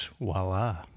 voila